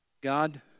God